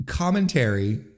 Commentary